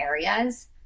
areas